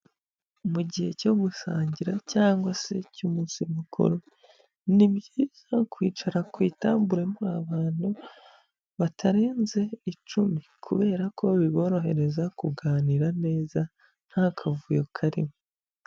Mu gihe cyo gusangira cyangwa se cy'umunsi mukuru, ni byiza kwicara ku itabure muri abantu batarenze icumi, kubera ko biborohereza kuganira neza nta kavuyo karimo.